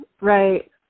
Right